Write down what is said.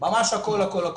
ממש הכל הכל,